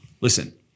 Listen